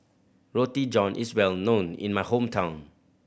Roti John is well known in my hometown